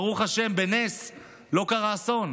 ברוך השם, בנס לא קרה אסון,